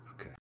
okay